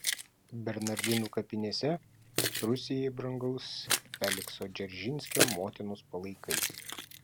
bernardinų kapinėse rusijai brangaus felikso dzeržinskio motinos palaikai